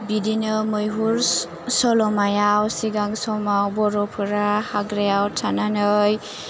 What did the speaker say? बिदिनो मैहुर सल'मायाव सिगां समाव बर'फोरा हाग्रायाव थानानै